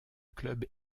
club